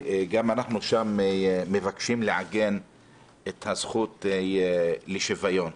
אנחנו מבקשים לעגן את הזכות לשוויון.